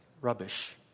rubbish